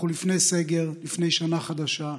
אנחנו לפני סגר, לפני שנה חדשה.